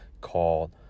called